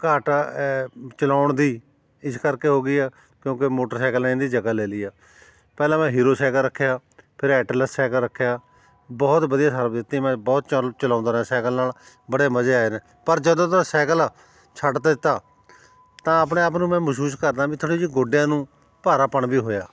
ਘਾਟਾ ਚਲਾਉਣ ਦੀ ਇਸ ਕਰਕੇ ਹੋ ਗਈ ਆ ਕਿਉਂਕਿ ਮੋਟਰਸਾਈਕਲ ਨੇ ਇਹਦੀ ਜਗ੍ਹਾ ਲੈ ਲਈ ਆ ਪਹਿਲਾਂ ਮੈਂ ਹੀਰੋ ਸਾਈਕਲ ਰੱਖਿਆ ਫਿਰ ਐਟਲਸ ਸਾਈਕਲ ਰੱਖਿਆ ਬਹੁਤ ਵਧੀਆ ਸਰਵਿਸ ਦਿੱਤੀ ਮੈਂ ਬਹੁਤ ਚਲ ਚਲਾਉਂਦਾ ਰਿਹਾ ਸਾਈਕਲ ਨਾਲ ਬੜੇ ਮਜ਼ੇ ਆਏ ਨੇ ਪਰ ਜਦੋਂ ਦਾ ਸਾਈਕਲ ਛੱਡਤਾ ਦਿੱਤਾ ਤਾਂ ਆਪਣੇ ਆਪ ਨੂੰ ਮੈਂ ਮਹਿਸੂਸ ਕਰਦਾ ਵੀ ਥੋੜ੍ਹੀ ਜਿਹੀ ਗੋਡਿਆਂ ਨੂੰ ਭਾਰਾਪਣ ਵੀ ਹੋਇਆ